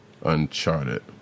Uncharted